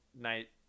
night